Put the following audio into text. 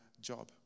job